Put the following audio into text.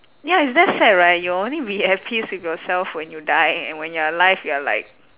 ya it's that sad right you'll only be at peace with yourself when you die and when you're alive you're like